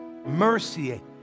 Mercy